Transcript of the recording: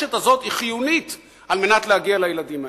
והרשת הזאת היא חיונית כדי להגיע לילדים האלה.